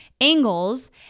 angles